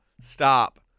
Stop